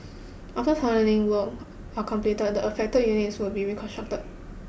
after tunnelling works are completed the affected unit will be reconstructed